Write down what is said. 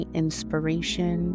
inspiration